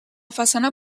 façana